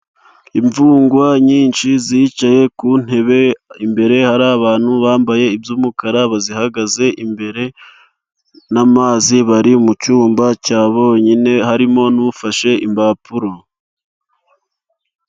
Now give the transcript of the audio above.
Imfungwa nyinshi zicaye ku ntebe, imbere hari abantu bambaye iby'umukara bazihagaze imbere, n'amazi bari mucyumba cya bonyine, harimo n'ufashe impapuro.